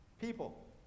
People